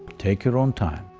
take your own time,